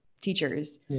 teachers